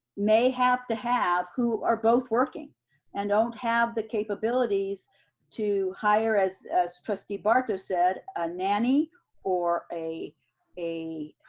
may have to have, who are both working and don't have the capabilities to hire, as as trustee barto said, a nanny or a a